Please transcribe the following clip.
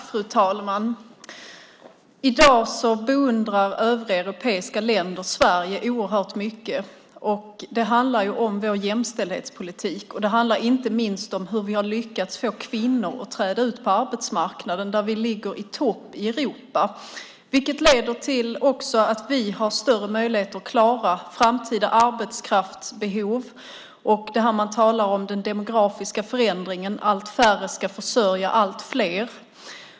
Fru talman! I dag beundrar övriga europeiska länder Sverige oerhört mycket. Det handlar om vår jämställdhetspolitik. Det handlar inte minst om hur vi har lyckats få kvinnor att träda ut på arbetsmarknaden, där vi ligger i topp i Europa. Det leder också till att vi har större möjligheter att klara framtida arbetskraftsbehov. Man talar om den demografiska förändringen. Allt färre ska försörja allt fler.